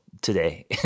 today